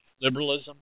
Liberalism